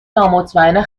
نامطمئن